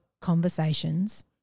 conversations